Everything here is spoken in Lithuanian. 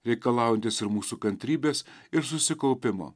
reikalaujantis ir mūsų kantrybės ir susikaupimo